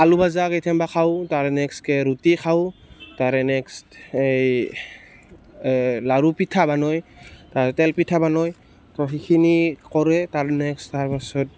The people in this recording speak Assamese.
আলু ভাজা কেইথেনবা খাওঁ তাৰ নেক্সট ৰুটি খাওঁ তাৰে নেক্সট এই লাৰু পিঠা বনায় তেল পিঠা বনায় সেইখিনি কৰে তাৰ নেক্সট তাৰ পাছত